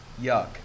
Yuck